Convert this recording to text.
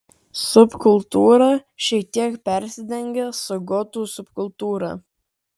subkultūra šiek tiek persidengia su gotų subkultūra